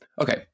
Okay